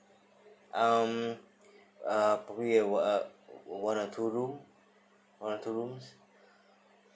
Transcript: um uh probably on~ uh one or two room one or two rooms